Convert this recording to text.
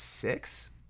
six